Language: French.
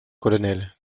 colonel